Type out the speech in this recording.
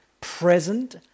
present